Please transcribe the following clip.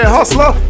Hustler